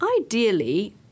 Ideally